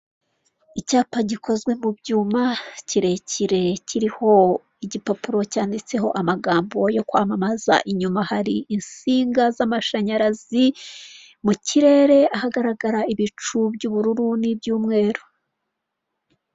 Icyapa gikozwe mu byuma kirekire kiriho igipapuro cyanditseho amagambo yo kwamamaza, inyuma hari insinga z'amashanyarazi mu kirere, ahagaragara ibicu by'ubururu n'iby'umweru.